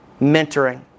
mentoring